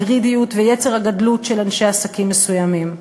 הגרידיוּת ויצר הגדלות של אנשי עסקים מסוימים.